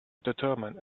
determine